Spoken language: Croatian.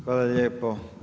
Hvala lijepo.